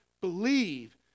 believe